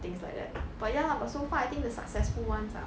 things like that but ya lah but so far I think the successful ones are